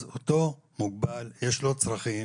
אז אותו מוגבל יש לו צרכים.